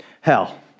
Hell